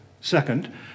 Second